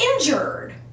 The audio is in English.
injured